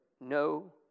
no